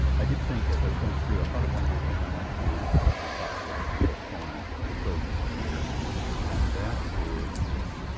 i did think, as i was going through. i thought of one more thing i want to do that i thought i would postpone and show you here and that is this.